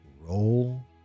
Roll